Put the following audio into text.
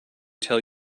tell